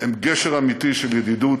הם גשר אמיתי של ידידות,